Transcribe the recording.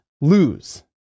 lose